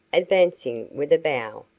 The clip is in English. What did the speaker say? advancing with a bow.